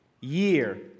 year